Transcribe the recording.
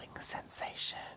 sensation